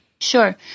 Sure